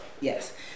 yes